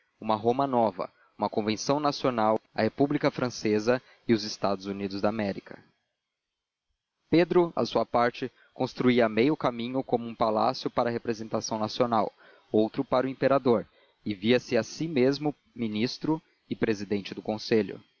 uma roma nova uma convenção nacional a república francesa e os estados unidos da américa pedro à sua parte construía a meio caminho como um palácio para a representação nacional outro para o imperador e via-se a si mesmo ministro e presidente do conselho